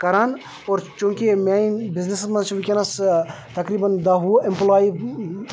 کَران اور چوٗنٛکہ میٛانہِ بِزنٮ۪سَس منٛز چھِ وٕنکٮ۪نَس تقریٖباً داہ وُہ اٮ۪مپٕلاے